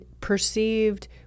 perceived